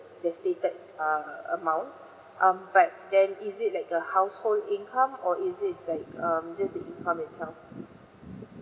the stated uh amount um but then is it like a household income or is it like um just the income itself